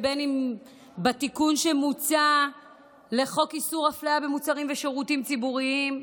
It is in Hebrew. ואם בתיקון שמוצע לחוק איסור הפליה במוצרים ושירותים ציבוריים,